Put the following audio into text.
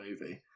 movie